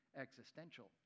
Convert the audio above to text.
existential